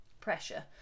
pressure